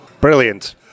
Brilliant